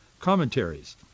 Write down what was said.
commentaries